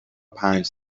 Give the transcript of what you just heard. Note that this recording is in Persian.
پنج